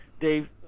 Dave